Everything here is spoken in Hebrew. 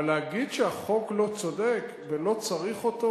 אבל להגיד שהחוק לא צודק ולא צריך אותו?